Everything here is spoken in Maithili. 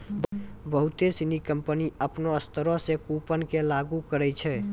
बहुते सिनी कंपनी अपनो स्तरो से कूपन के लागू करै छै